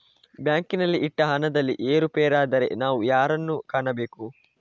ಬ್ಯಾಂಕಿನಲ್ಲಿ ಇಟ್ಟ ಹಣದಲ್ಲಿ ಏರುಪೇರಾದರೆ ನಾವು ಯಾರನ್ನು ಕಾಣಬೇಕು?